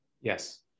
Yes